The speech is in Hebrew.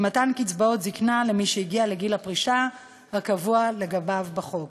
במתן קצבאות זיקנה למי שהגיע לגיל הפרישה הקבוע לגביו בחוק.